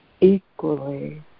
equally